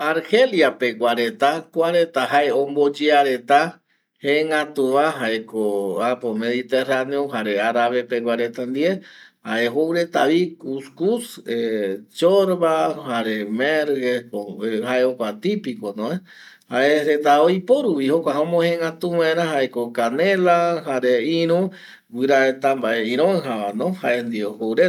Argelia pegua reta kuareta jae omboyea reta jaeko jëgätuva jaeko äpo mediterraneo jare arabe pegua reta ndie jare jou retavi kuskus chonda jare mergueko jae jokua tipicono jaereta oiporuvi jokua omogëgätu vaera jaeko canela jare irü guirata mbae iroɨjavano jae ndie joureta